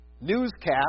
newscast